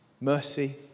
Mercy